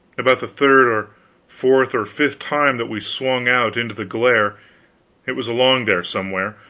about the third or fourth or fifth time that we swung out into the glare it was along there somewhere,